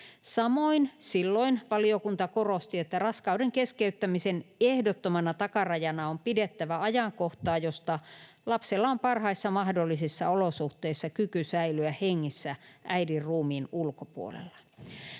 Samoin silloin valiokunta korosti, että raskauden keskeyttämisen ehdottomana takarajana on pidettävä ajankohtaa, josta lapsella on parhaissa mahdollisissa olosuhteissa kyky säilyä hengissä äidin ruumiin ulkopuolella.